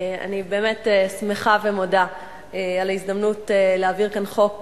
אני באמת שמחה ומודה על ההזדמנות להעביר כאן חוק